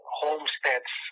homesteads